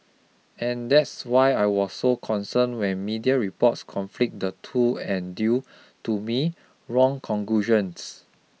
and that's why I was so concerned when media reports conflate the two and drew to me wrong conclusions